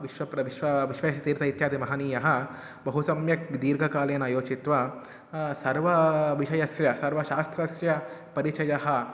विश्वः प्र विश्वः विश्वेशतीर्थाः इत्यादिमहनीयाः बहु सम्यक् दीर्घकालेन योजयित्वा सर्वे विषयस्य सर्वशास्त्रस्य परिचयः